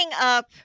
up